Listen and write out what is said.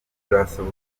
turasaba